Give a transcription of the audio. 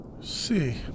See